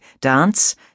dance